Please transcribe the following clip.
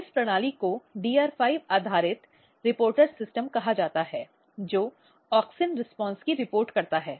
इस प्रणाली को DR5 आधारित रिपोर्टर प्रणाली कहा जाता है जो ऑक्सिन रीस्पॉन्स की रिपोर्ट करता है